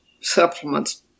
supplements